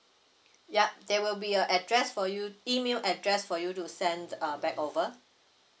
yup there will be a address for you email address for you to send a back over